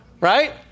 Right